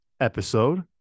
episode